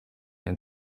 and